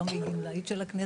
היום היא גמלאית של הכנסת,